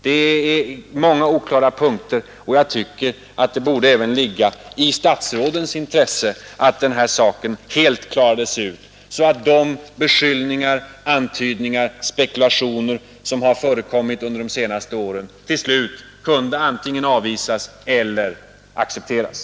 Det är många oklara punkter, och det borde även ligga i statsrådens intresse att dessa helt klarades ut, så att de beskyllningar, antydningar och spekulationer som har förekommit under de senaste åren till slut kunde antingen avvisas eller accepteras.